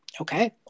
Okay